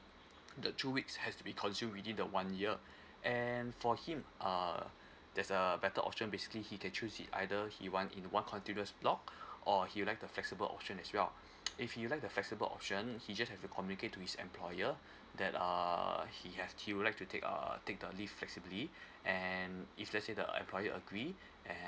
the two weeks has to be consumed within the one year and for him uh there's a better option basically he can choose it either he want in one continuous block or he like the flexible option as well if he likes the flexible option he just have to communicate to his employer that err he has he would like to take err take the leave flexibly and if let's say the employer agree